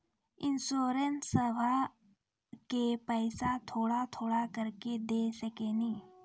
इंश्योरेंसबा के पैसा थोड़ा थोड़ा करके दे सकेनी?